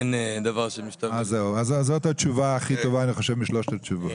אני חושב שזאת התשובה הטובה מבין שלושת התשובות.